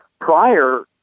Prior